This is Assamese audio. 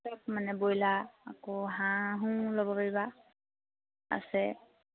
সব মানে ব্ৰইলাৰ আকৌ হাঁহো ল'ব পাৰিব আছে